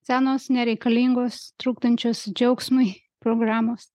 senos nereikalingos trukdančios džiaugsmui programos